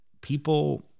people